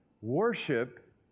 Worship